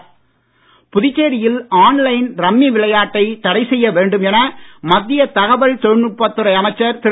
நாராயணசாமி பேட்டி புதுச்சேரியில் online rummy விளையாட்டை தடை செய்ய வெண்டும் என மத்திய தகவல் தொழில்நுட்பத்துறை அமைச்சர் திரு